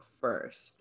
first